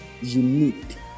unique